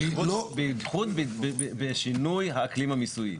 בייחוד בשינוי האקלים המיסויי,